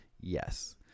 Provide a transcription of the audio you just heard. yes